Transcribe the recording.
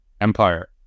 Empire